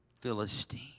Philistine